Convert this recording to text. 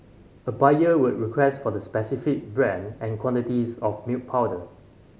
a buyer would request for the specific brand and quantities of milk powder